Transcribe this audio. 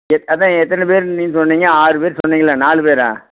எத் அதுதான் எத்தனை பேர் நீங்கள் சொன்னீங்க ஆறு பேர் சொன்னீங்கள நாலு பேரா